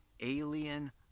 alien